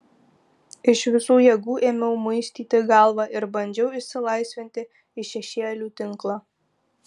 iš visų jėgų ėmiau muistyti galvą ir bandžiau išsilaisvinti iš šešėlių tinklo